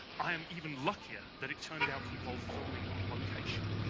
i am even luckier that it turned out to involve filming on location.